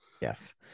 Yes